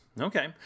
Okay